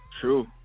True